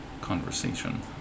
conversation